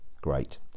great